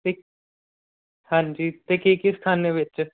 ਅਤੇ ਹਾਂਜੀ ਅਤੇ ਕੀ ਕੀ ਸਿਖਾਉਂਦੇ ਹੋ ਵਿੱਚ